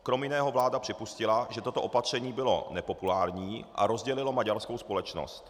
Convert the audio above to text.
Krom jiného vláda připustila, že toto opatření bylo nepopulární a rozdělilo maďarskou společnost.